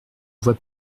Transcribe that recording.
voix